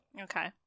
Okay